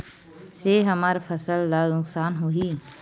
से हमर फसल ला नुकसान होही?